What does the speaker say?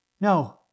No